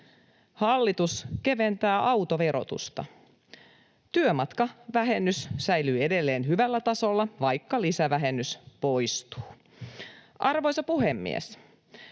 Hallitus keventää autoverotusta. Työmatkavähennys säilyy edelleen hyvällä tasolla, vaikka lisävähennys poistuu. Arvoisa puhemies!